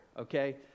okay